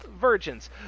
virgins